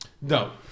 No